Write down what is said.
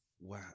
wow